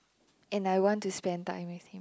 and I want to spend time with him